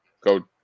go